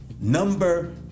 number